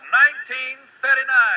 1939